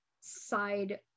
side